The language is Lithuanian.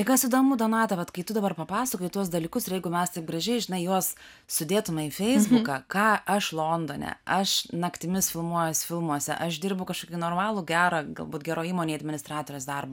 kas įdomu donata vat kai tu dabar papasakojai tuos dalykus ir jeigu mes taip gražiai žinai juos sudėtume į feisbuką ką aš londone aš naktimis filmuojuosi filmuose aš dirbu kažkokį normalų gerą galbūt geroj įmonėj administratorės darbą